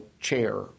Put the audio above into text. chair